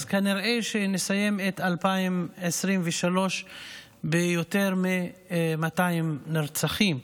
כנראה שנסיים את 2023 ביותר מ-200 נרצחים.